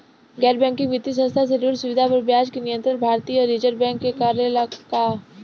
गैर बैंकिंग वित्तीय संस्था से ऋण सुविधा पर ब्याज के नियंत्रण भारती य रिजर्व बैंक करे ला का?